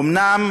אומנם